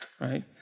right